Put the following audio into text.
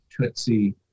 Tootsie